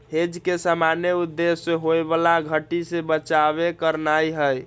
hedge के सामान्य उद्देश्य होयबला घट्टी से बचाव करनाइ हइ